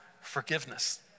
forgiveness